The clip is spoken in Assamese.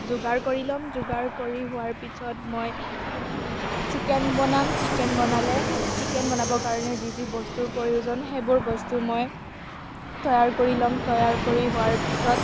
যোগাৰ কৰি ল'ম যোগাৰ কৰি হোৱাৰ পিছত মই চিকেন বনাম চিকেন বনালে চিকেন বনাবৰ কাৰণে যি যি বস্তুৰ প্ৰয়োজন হয় সেইবোৰ বস্তু মই তৈয়াৰ কৰি ল'ম তৈয়াৰ কৰি হোৱাৰ পিছত